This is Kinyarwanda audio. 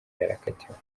yarakatiwe